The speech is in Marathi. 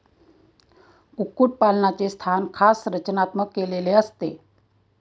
कुक्कुटपालनाचे स्थान खास रचनात्मक केलेले असते